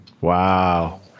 Wow